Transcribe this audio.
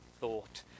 thought